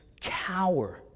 cower